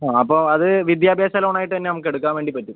അപ്പോൾ അത് വിദ്യാഭ്യാസ ലോൺ ആയിട്ട് തന്നെ നമുക്കെടുക്കാൻ വേണ്ടി പറ്റും